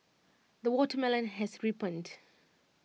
the watermelon has ripened